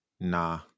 nah